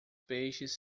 peixes